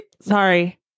Sorry